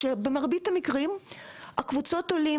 במרבית המקרים קבוצות העולים,